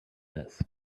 this